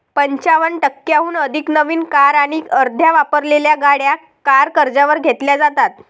पंचावन्न टक्क्यांहून अधिक नवीन कार आणि अर्ध्या वापरलेल्या गाड्या कार कर्जावर घेतल्या जातात